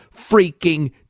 freaking